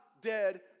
dead